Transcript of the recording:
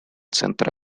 центр